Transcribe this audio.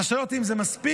אתה שואל אותי, האם זה מספיק?